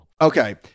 Okay